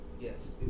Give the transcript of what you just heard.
Yes